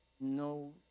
no